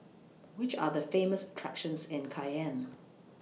Which Are The Famous attractions in Cayenne